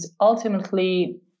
ultimately